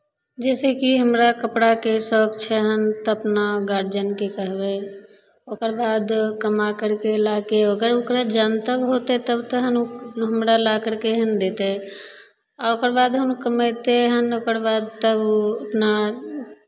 जइसे कि हमरा कपड़ाके शौक छै हम तऽ अपना गारजनके कहबै ओकर बाद कमा करि कऽ ला कऽ ओकर ओकरा जनतब होतै तब तेहन हमरा ला करि कऽ ने देतै आ ओकर बाद हम कमयतै हन ओकर बाद तब ओ अपना